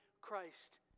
Christ